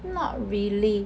not really